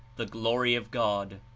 the glory of god.